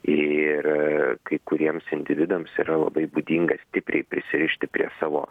ir kai kuriems individams yra labai būdinga stipriai prisirišti prie savo